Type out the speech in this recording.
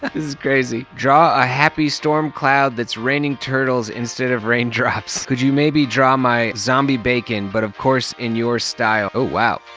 is crazy. draw a happy storm cloud that's raining turtles instead of raindrops. could you maybe draw my zombie bacon? but of course in your style? oh wow!